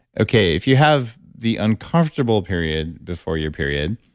okay, if you have the uncomfortable period before your period,